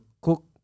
cook